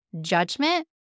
judgment